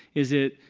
is it,